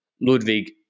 Ludwig